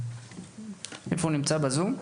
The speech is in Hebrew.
בבקשה.